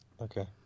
Okay